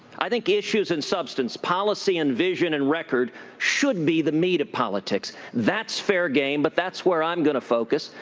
i think issues and substance, policy and vision and record should be the meat of politics. that's fair game but that's where i'm going to focus.